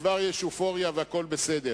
וכבר יש אופוריה, והכול בסדר.